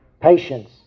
patience